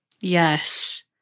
Yes